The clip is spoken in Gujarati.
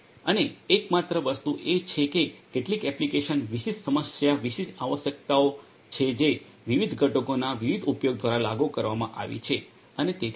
અને એકમાત્ર વસ્તુ એ છે કે કેટલીક એપ્લિકેશન વિશિષ્ટ સમસ્યા વિશિષ્ટ આવશ્યકતાઓ છે જે વિવિધ ઘટકોના વિવિધ ઉપયોગ દ્વારા લાગુ કરવામાં આવી છે અને તેથી વધુ